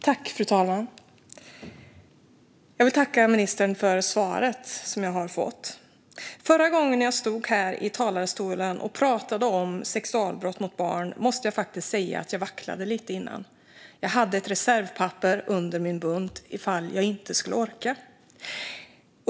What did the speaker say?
Fru talman! Jag vill tacka ministern för svaret. Innan jag förra gången stod här i talarstolen och pratade om sexualbrott mot barn måste jag faktiskt säga att jag vacklade lite. Jag hade ett reservpapper under min bunt ifall jag inte skulle orka.